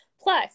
Plus